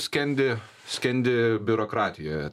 skendi skendi biurokratijoje